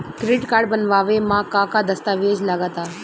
Credit card बनवावे म का का दस्तावेज लगा ता?